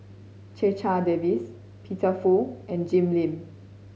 Checha Davies Peter Fu and Jim Lim